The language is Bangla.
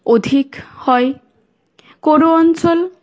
অধিক হয় কোনো অঞ্চল